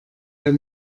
der